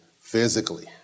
physically